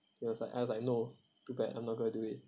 he was like I was like no too bad I'm not going to do it